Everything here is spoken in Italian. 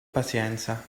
pazienza